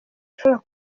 ishobora